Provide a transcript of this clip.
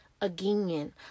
again